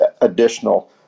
additional